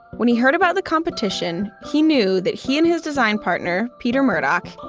when he heard about the competition, he knew that he and his design partner, peter murdoch,